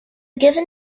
given